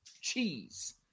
cheese